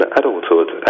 adulthood